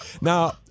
Now